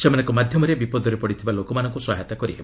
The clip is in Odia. ସେମାନଙ୍କ ମାଧ୍ୟମରେ ବିପଦରେ ପଡ଼ିଥିବା ଲୋକଙ୍କୁ ସହାୟତା କରି ହେବ